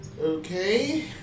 Okay